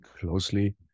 closely